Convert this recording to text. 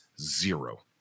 zero